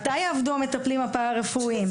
מתי יעבדו המטפלים הפרא רפואיים?